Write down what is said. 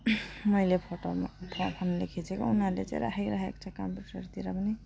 मैले फोटोमा पुरा फोनले खिचेको उनीहरूले चाहिँ राखिराखेको छ कम्प्युटरतिर पनि